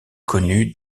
connus